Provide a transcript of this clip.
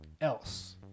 Else